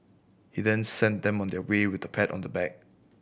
he then sent them on their way with a pat on the back